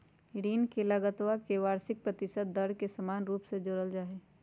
ऋण के लगतवा में वार्षिक प्रतिशत दर के समान रूप से जोडल जाहई